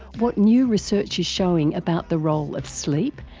what new research is showing about the role of sleep,